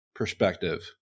Perspective